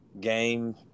game